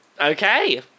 okay